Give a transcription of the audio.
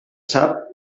sap